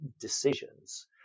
decisions